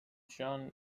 jean